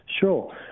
Sure